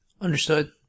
Understood